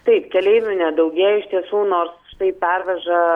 taip keleivių nedaugėja iš tiesų nors štai perveža